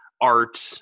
art